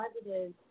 positive